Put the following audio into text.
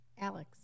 Alex